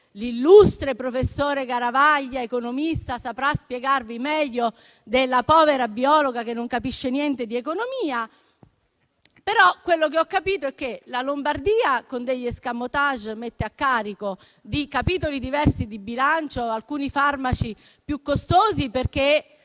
l'illustre professore Garavaglia, economista, saprà spiegarvi meglio della povera biologa che non capisce niente di economia. Quello che ho capito è che la Lombardia con degli *escamotage* mette a carico di capitoli diversi di bilancio alcuni farmaci più costosi, perché